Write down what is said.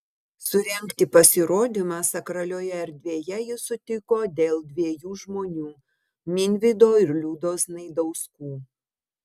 surengti pasirodymą sakralioje erdvėje jis sutiko dėl dviejų žmonių minvydo ir liudos znaidauskų